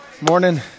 Morning